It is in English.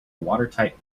watertight